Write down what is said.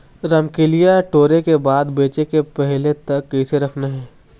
रमकलिया टोरे के बाद बेंचे के पहले तक कइसे रखना हे?